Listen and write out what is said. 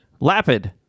Lapid